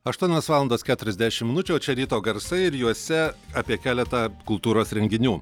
aštuonios valandos keturiasdešim minučių čia ryto garsai ir juose apie keletą kultūros renginių